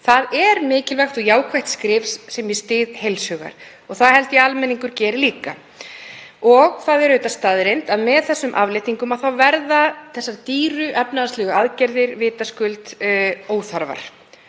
Það er mikilvægt og jákvætt skref sem ég styð heils hugar og það held ég að almenningur geri líka. Það er auðvitað staðreynd að með frekari afléttingum verða þessar dýru efnahagslegu aðgerðir vitaskuld óþarfar.